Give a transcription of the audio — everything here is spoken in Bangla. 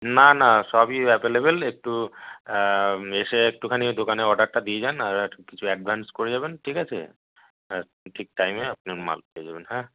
না না সবই অ্যাবেলেবেল একটু এসে একটুখানি দোকানে অর্ডারটা দিয়ে যান আর একটু কিছু অ্যাডভান্স করে যাবেন ঠিক আছে হ্যাঁ ঠিক টাইমে আপনার মাল পেয়ে যাবেন হ্যাঁ